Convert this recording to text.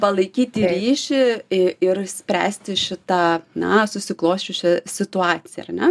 palaikyti ryšį i ir spręsti šitą na susiklosčiusią situaciją ar ne